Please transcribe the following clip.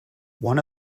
one